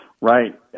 Right